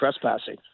trespassing